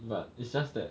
but it's just that